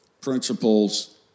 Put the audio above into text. principles